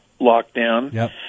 lockdown